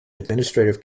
administrative